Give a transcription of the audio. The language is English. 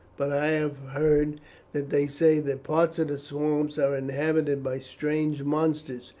but i have heard that they say that parts of the swamps are inhabited by strange monsters,